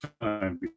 time